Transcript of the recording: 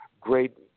Great